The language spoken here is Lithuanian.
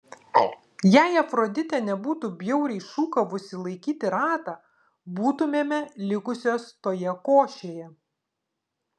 jei afroditė nebūtų bjauriai šūkavusi laikyti ratą būtumėme likusios toje košėje